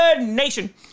Nation